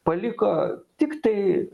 paliko tik tai